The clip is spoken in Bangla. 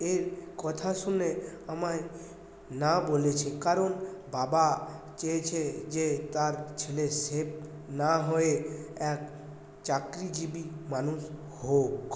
এর কথা শুনে আমায় না বলেছে কারণ বাবা চেয়েছে যে তার ছেলে শেফ না হয়ে এক চাকরিজীবী মানুষ হোক